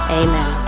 amen